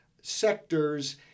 sectors